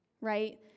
right